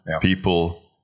people